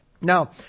Now